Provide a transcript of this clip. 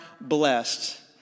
blessed